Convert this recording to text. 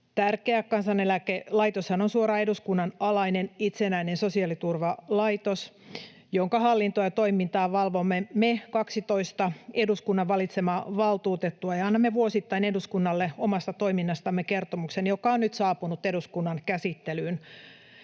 tärkeä. Kansaneläkelaitoshan on suoraan eduskunnan alainen itsenäinen sosiaaliturvalaitos, jonka hallintoa ja toimintaa valvomme me 12 eduskunnan valitsemaa valtuutettua. Annamme vuosittain eduskunnalle omasta toiminnastamme kertomuksen, joka on nyt saapunut eduskunnan käsittelyyn.